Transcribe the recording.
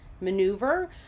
maneuver